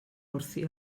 wrthi